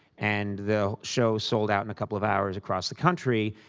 and the show sold out in a couple of hours across the country.